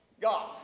God